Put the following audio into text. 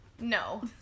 No